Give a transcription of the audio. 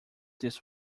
this